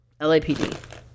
LAPD